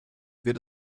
wird